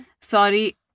Sorry